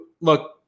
look